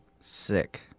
sick